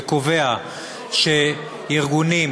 וקובע שארגונים,